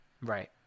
Right